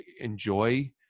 enjoy